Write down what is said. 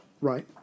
Right